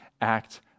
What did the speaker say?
act